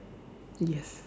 yes